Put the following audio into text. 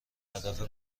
هدف